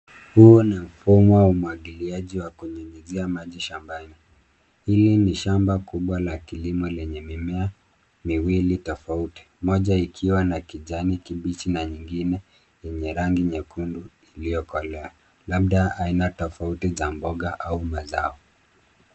Huu ni mfumo wa umwagiliaji wa kunyunyizia maji shambani. Hili ni shamba kubwa la kilimo lenye mimea miwili tofauti, moja ikiwa na kijani kibichi na nyingine yenye rangi nyekundu iliyo kolea. Labda aina tofauti za mboga au mazao.